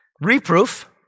Reproof